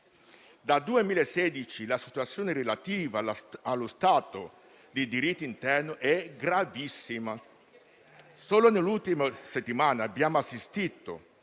Dal 2016 la situazione relativa allo stato di diritto interno è gravissima. Solo nell'ultima settimana abbiamo assistito